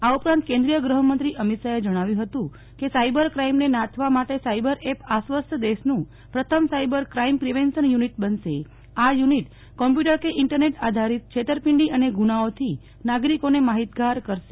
આ ઉપરાંત કેન્દ્રીય ગૃહમંત્રી અમિતશાહે જણાવ્યુ હતુકે સાઈબર ક્રાઈમને નાથવા માટે સાઈબર એપ આશ્વત દેશનું પ્રથમ સાઈબર કાઈમ પ્રિવેન્સન યુનિટ બનશે આ યુનિટ કોમ્પ્યુટર કે ઈન્ટરનેટ આધારીત છેતરપિંડી અને ગુનાઓથી નાગરિકોને માહિતગાર કરશે